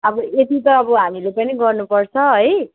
अब यति त अब हामीले पनि गर्नुपर्छ है